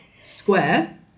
square